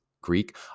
Greek